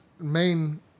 main